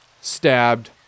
stabbed